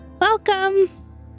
welcome